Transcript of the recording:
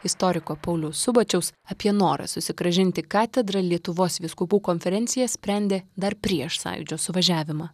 istoriko pauliaus subačiaus apie norą susigrąžinti katedrą lietuvos vyskupų konferencija sprendė dar prieš sąjūdžio suvažiavimą